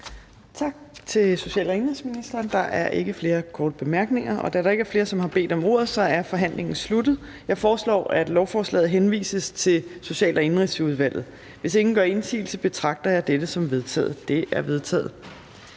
Tak til social- og indenrigsministeren. Der er ikke flere korte bemærkninger. Da der ikke er flere, som har bedt om ordet, er forhandlingen sluttet. Jeg foreslår, at lovforslaget henvises til Social- og Indenrigsudvalget. Hvis ingen gør indsigelse, betragter jeg dette som vedtaget. Det er vedtaget.